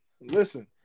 listen